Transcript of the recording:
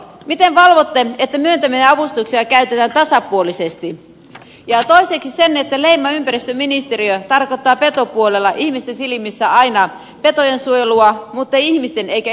mitä varten pyytämiä avustuksia käytetään tasapuolisesti ja varsinkin sen että leena ympäristöministeriön tarkottaa petopuolella ihmisten silmissä aina petojensuojelua muttei ihmisten eikä